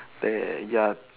there ya